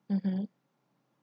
mmhmm